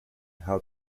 how